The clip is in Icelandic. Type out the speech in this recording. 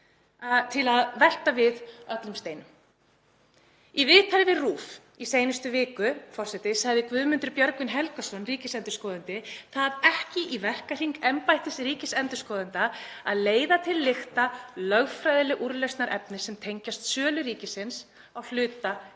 til að velta við öllum steinum. Í viðtali við RÚV í síðustu viku, forseti, sagði Guðmundur Björgvin Helgason ríkisendurskoðandi það ekki í verkahring embættis ríkisendurskoðanda að leiða til lykta lögfræðileg úrlausnarefni sem tengjast sölu ríkisins á hluta